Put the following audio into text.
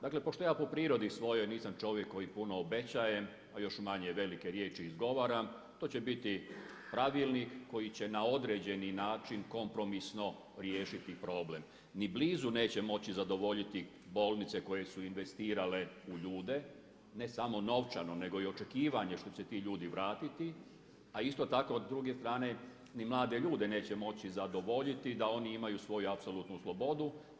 Dakle pošto ja po prirodi svojoj nisam čovjek koji puno obećava a još manje velike riječi izgovaram, to će biti pravilnik koji će na određeni način kompromisno riješiti problem, ni blizu neće moći zadovoljiti bolnice koje su investirale u ljude, ne samo novčano nego i očekivanje što će se ti ljudi vratiti, a isto tako s druge strane ni mlade ljude neće moći zadovoljiti da oni imaju svoju apsolutnu slobodu.